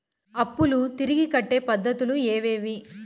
అప్పులు తిరిగి కట్టే పద్ధతులు ఏవేవి